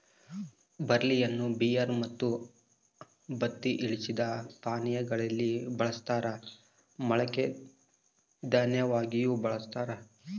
ಬಾರ್ಲಿಯನ್ನು ಬಿಯರ್ ಮತ್ತು ಬತ್ತಿ ಇಳಿಸಿದ ಪಾನೀಯಾ ಗಳಲ್ಲಿ ಬಳಸ್ತಾರ ಮೊಳಕೆ ದನ್ಯವಾಗಿಯೂ ಬಳಸ್ತಾರ